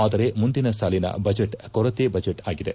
ಆದರೆ ಮುಂದಿನ ಸಾಲಿನ ಬಜೆಟ್ ಕೊರತೆ ಬಜೆಟ್ಆಗಿದೆ